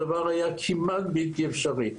הדבר היה כמעט בלתי אפשרי.